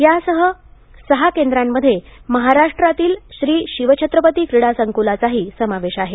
या सहा केंद्रांमध्ये महाराष्ट्रातील श्री शिवछत्रपती क्रिडा संकुलाचाही समावेस आहे